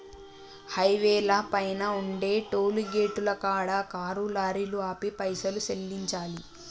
హైవేల పైన ఉండే టోలుగేటుల కాడ కారు లారీలు ఆపి పైసలు సెల్లించాలి